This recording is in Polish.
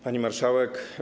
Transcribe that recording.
Pani Marszałek!